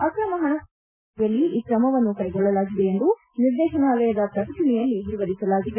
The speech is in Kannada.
ಅಕ್ರಮ ಪಣಕಾಸು ನಿಯಂತ್ರಣ ಕಾಯ್ದೆಯ ಅಡಿಯಲ್ಲಿ ಈ ಕ್ರಮವನ್ನು ಕೈಗೊಳ್ಳಲಾಗಿದೆ ಎಂದು ನಿರ್ದೇಶನಾಲಯದ ಪ್ರಕಟಣೆಯಲ್ಲಿ ವಿವರಿಸಲಾಗಿದೆ